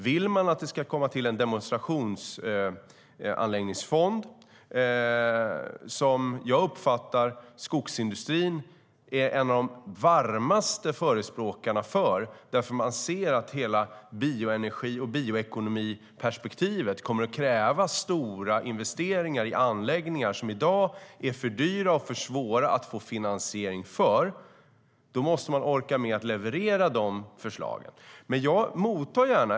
Vill man att det ska komma till en demonstrationsanläggningsfond - jag har uppfattat att skogsindustrin är en av de varmaste förespråkarna för det, därför att man ser att hela bioenergi och bioekonomiperspektivet kommer att kräva stora investeringar i anläggningar som i dag är för dyra och för svåra att få finansiering för - då måste man orka med att leverera de förslagen.